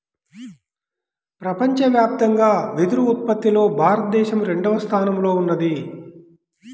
ప్రపంచవ్యాప్తంగా వెదురు ఉత్పత్తిలో భారతదేశం రెండవ స్థానంలో ఉన్నది